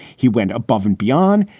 he went above and beyond.